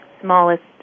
smallest